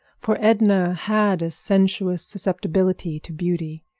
for edna had a sensuous susceptibility to beauty.